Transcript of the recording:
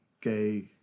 gay